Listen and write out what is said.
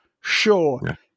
sure